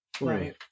Right